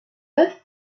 œufs